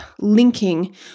linking